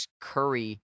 Curry